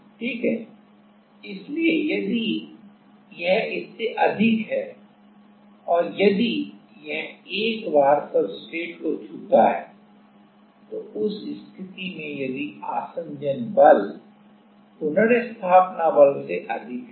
ठीक है इसलिए यदि यह इससे अधिक है और यदि यह एक बार सब्सट्रेट को छूता है तो उस स्थिति में यदि आसंजन बल पुनर्स्थापना बल से अधिक है